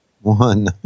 One